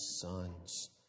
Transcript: sons